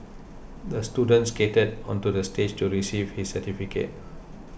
the student skated onto the stage to receive his certificate